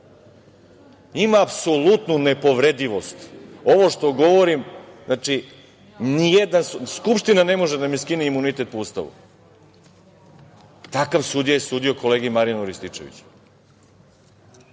Ima apsolutnu nepovredivost, za ovo što govorim Skupština ne može da mi skine imunitet, po Ustavu. Takav sudija je sudio kolegi Marijanu Rističeviću.